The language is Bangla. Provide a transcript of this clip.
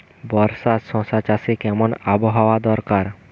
বর্ষার শশা চাষে কেমন আবহাওয়া দরকার?